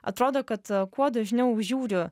atrodo kad e kuo dažniau žiūriu